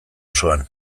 osoan